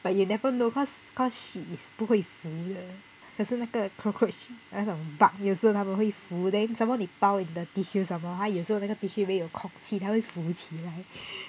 but you never know cause cause shit is 不会浮的可是那个 cockroach 那种 bug 有时候他们会浮 then some more you 包 in the tissue some more 有时候那个 tissue 有空气它会浮起来